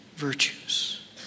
Virtues